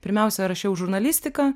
pirmiausia rašiau žurnalistiką